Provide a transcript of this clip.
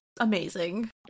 amazing